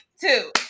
two